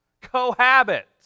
cohabit